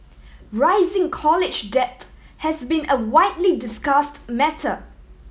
rising college debt has been a widely discussed matter